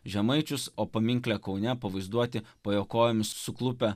žemaičius o paminkle kaune pavaizduoti po jo kojomis suklupę